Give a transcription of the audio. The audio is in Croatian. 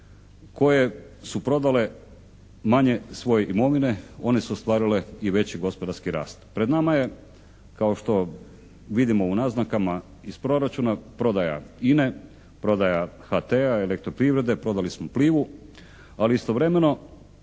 koje su prodale manje svoje imovine, one su ostvarile i veći gospodarski rast. Pred nama je kao što vidimo u naznakama iz proračuna prodaja INA-e, prodaja HT-a, Elektroprivrede, prodali smo Plivu, ali istovremeno